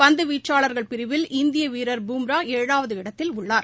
பந்து வீச்சாளர்கள் பிரிவில் இந்திய வீரர் பும்ரா ஏழாவது இடத்தில் உள்ளார்